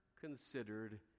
considered